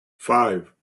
five